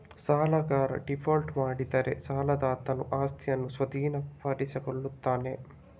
ಸಾಲಗಾರ ಡೀಫಾಲ್ಟ್ ಮಾಡಿದರೆ ಸಾಲದಾತನು ಆಸ್ತಿಯನ್ನು ಸ್ವಾಧೀನಪಡಿಸಿಕೊಳ್ಳುತ್ತಾನೆ